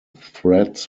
threads